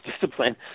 discipline